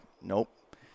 Nope